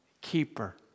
keeper